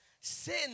sin